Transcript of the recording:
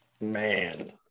Man